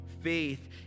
faith